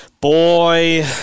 Boy